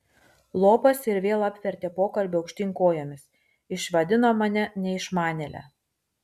lopas ir vėl apvertė pokalbį aukštyn kojomis išvadino mane neišmanėle